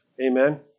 Amen